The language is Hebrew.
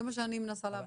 זה מה שאני מנסה להבין.